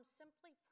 simply